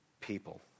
people